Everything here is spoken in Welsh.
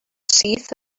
syth